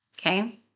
Okay